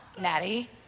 natty